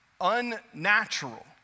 unnatural